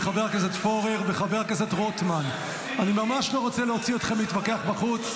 אני ממש לא רוצה להוציא אתכם להתווכח בחוץ.